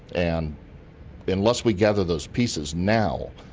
and unless we gather those pieces now,